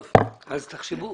תחשבו.